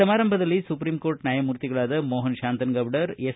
ಸಮಾರಂಭದಲ್ಲಿ supreme court ನ್ಯಾಯಮೂರ್ತಿಗಳಾದ Mohan Shantanagoudar S